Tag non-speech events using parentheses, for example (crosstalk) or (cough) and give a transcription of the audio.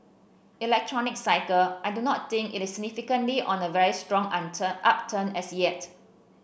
electronics cycle I do not think it is significantly on a very strong (unintelligible) upturn as yet